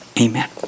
amen